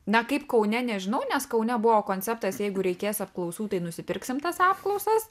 na kaip kaune nežinau nes kaune buvo konceptas jeigu reikės apklausų tai nusipirksim tas apklausas